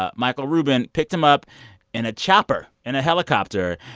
ah michael rubin picked him up in a chopper in a helicopter,